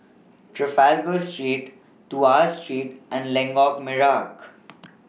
Trafalgar Street Tuas Street and Lengkok Merak